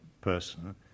person